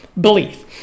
belief